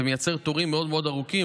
זה מייצר תורים מאוד מאוד ארוכים.